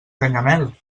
canyamel